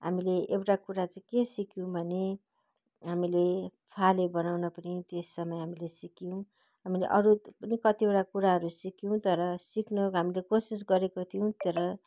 हामीले एउटा कुरा चाहिँ के सिक्यौँ भने हामीले फाले बनाउन पनि त्यस समय हामीले सिक्यौँ हामीले अरू पनि कतिवटा कुराहरू सिक्यौँ तर सिक्न हामीले कोसिस गरेको थियौँ तर